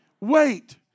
Wait